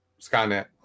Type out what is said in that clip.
Skynet